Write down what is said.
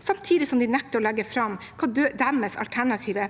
samtidig som de nekter å legge fram sine alternative